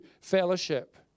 fellowship